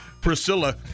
Priscilla